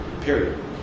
Period